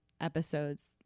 episodes